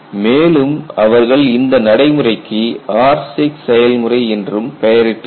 மேலும் அவர்கள் இந்த நடைமுறைக்கு R6 செயல்முறை என்றும் பெயரிட்டுள்ளனர்